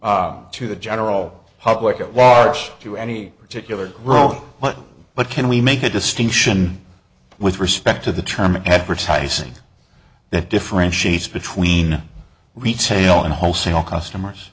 to the general public at large to any particular group but can we make a distinction with respect to the term advertising that differentiates between retail and wholesale customers